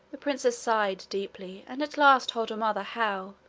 the princess sighed deeply, and at last told her mother how,